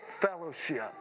fellowship